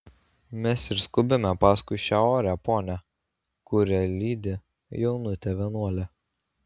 mes ir skubame paskui šią orią ponią kurią lydi jaunutė vienuolė